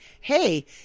hey